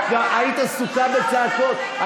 את היית עסוקה בצעקות.